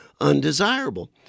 undesirable